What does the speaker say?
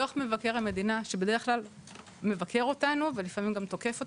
דוח מבקר המדינה שבדרך כלל מבקר אותו ולפעמים גם תוקף אותנו,